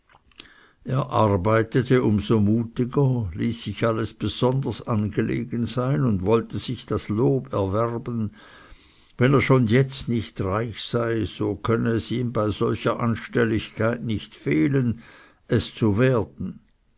er arbeitete um so emsiger ließ sich alles besonders angelegen sein und wollte sich das lob erwerben wenn er schon jetzt nicht reich sei so könne es ihm bei solcher anstelligkeit nicht fehlen es zu werden